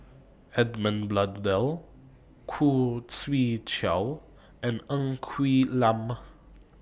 Edmund Blundell Khoo Swee Chiow and Ng Quee Lam